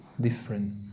different